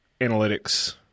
analytics